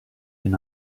can